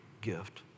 gift